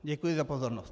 Děkuji za pozornost.